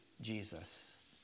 Jesus